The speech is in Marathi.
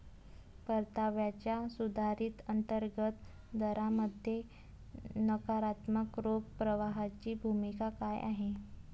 परताव्याच्या सुधारित अंतर्गत दरामध्ये नकारात्मक रोख प्रवाहाची भूमिका काय आहे?